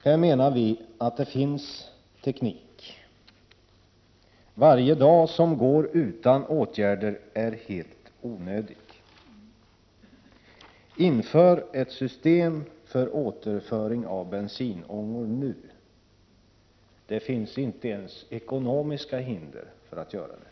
Här menar vi att det finns användbar teknik. Varje dag som går utan åtgärder är helt onödig. Inför ett system för återföring av bensinångor nu! Det finns inte ens ekonomiska hinder mot att göra det.